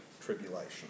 Tribulation